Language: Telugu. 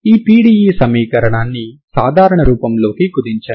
ఈ PDE సమీకరణాన్ని సాధారణ రూపంలోకి కుదించండి